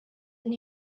and